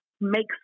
makes